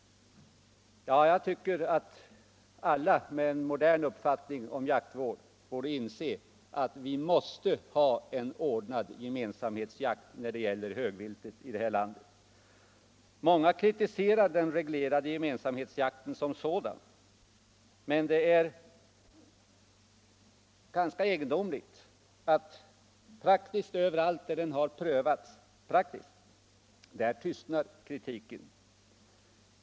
Jag tycker att alla med en modern uppfattning om jaktvård borde inse att vi måste ha en ordnad gemensamhetsjakt när det gäller högviltet i det här landet. Många kritiserar den reglerade gemensamhetsjakten som sådan, men det är ganska egendomligt att överallt där den har prövats praktiskt tystnar kritiken.